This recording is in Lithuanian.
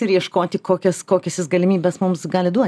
ir ieškoti kokias kokias jis galimybes mums gali duot